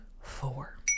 four